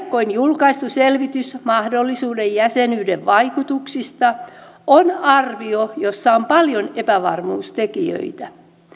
hiljakkoin julkaistu selvitys mahdollisen jäsenyyden vaikutuksista on arvio jossa on paljon epävarmuustekijöitä